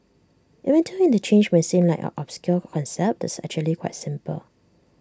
even though interchange might seem like an obscure concept IT is actually quite simple